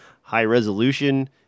high-resolution